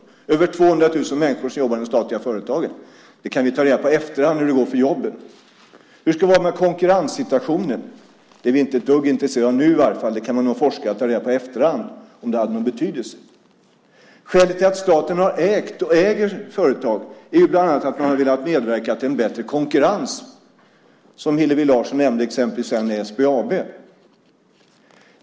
Det är över 200 000 människor som jobbar i de statliga företagen. Det sägs att man i efterhand kan ta reda på hur det går för jobben. Hur ska det vara med konkurrenssituationen? Det är man inte ett dugg intresserad av nu i varje fall. Det kan någon forskare ta reda på i efterhand om det hade någon betydelse. Skälet till att staten har ägt och äger företag är bland annat att man har velat medverka till en bättre konkurrens. Hillevi Larsson nämnde SBAB.